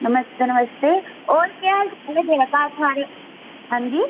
नमस्ते नमस्ते होर केह् हाल ऐ तेरा घर सारे आंजी